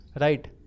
right